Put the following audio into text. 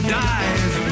dive